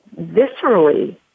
viscerally